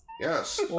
Yes